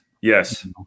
yes